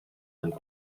and